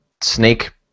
snake